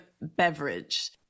beverage